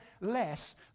less